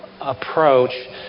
approach